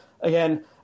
again